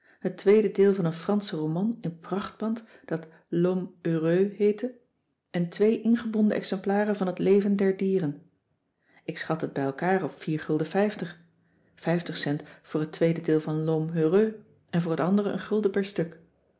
het tweede deel van een fransche roman in prachtband dat l'homme heureux heette en twee ingebonden exemplaren van het leven der dieren ik schatte het bij elkaar op vier gulden vijftig vijftig cent voor het tweede deel van l'homme heureux en cissy van marxveldt de h b s tijd van joop ter heul voor het andere een gulden per stuk